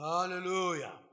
Hallelujah